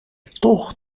toch